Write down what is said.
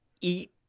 eat